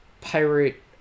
pirate